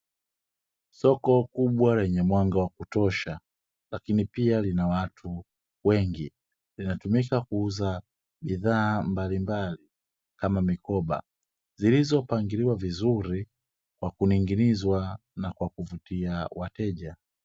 Soko kubwa lenye mwanga wa kutosha lakini pia lina watu wengi, linatumika kuuza bidhaa mbalimbali kama mikoba zilizo pangiliwa vizuri kwa kuning`inizwa na kwa kuvutia wateja.